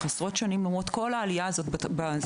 עשרות שנים למרות כל הגידול באוכלוסייה.